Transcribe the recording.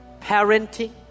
parenting